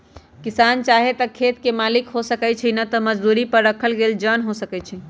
किसान चाहे त खेत के मालिक हो सकै छइ न त मजदुरी पर राखल गेल जन हो सकै छइ